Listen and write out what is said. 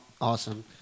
awesome